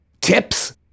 tips